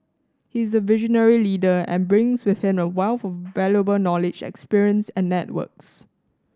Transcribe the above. he is a visionary leader and brings with him a wealth of valuable knowledge experience and networks